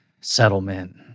settlement